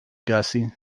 gussie